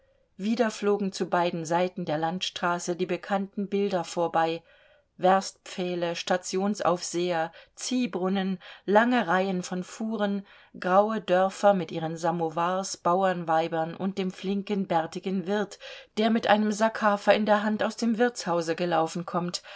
wieder flogen zu beiden seiten der landstraße die bekannten bilder vorbei werstpfähle stationsaufseher ziehbrunnen lange reihen von fuhren graue dörfer mit ihren samowars bauernweibern und dem flinken bärtigen wirt der mit einem sack hafer in der hand aus dem wirtshause gelaufen kommt